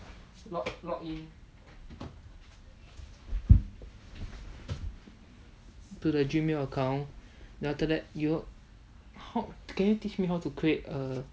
log log in to the gmail account then after that you know how can you teach me how to create a